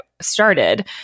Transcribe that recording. started